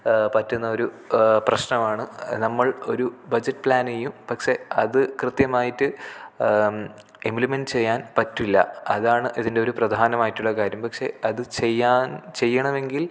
പറ്റുന്ന ഒരു പ്രശ്നമാണ് നമ്മൾ ഒരു ബജറ്റ് പ്ലാൻ ചെയ്യും പക്ഷെ അതു കൃത്യമായിട്ട് ഇംപ്ലിമെൻറ് ചെയ്യാൻ പറ്റില്ല അതാണ് ഇതിൻ്റെയൊരു പ്രധാനമായിട്ടുള്ള കാര്യം പക്ഷെ അതു ചെയ്യാൻ ചെയ്യണമെങ്കിൽ